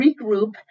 regroup